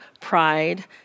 pride